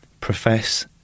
profess